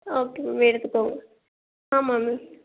okay ma'am எடுத்துக்கோங்க ஆமா ma'am